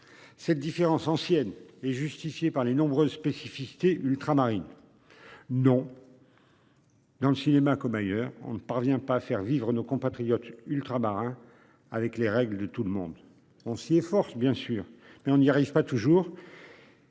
Cette différence ancienne et justifiée par les nombreuses spécificités ultramarines. Non. Dans le cinéma comme ailleurs on ne parvient pas à faire vivre nos compatriotes ultramarins avec les règles de tout le monde. On s'y efforce bien sûr mais on n'y arrive pas toujours.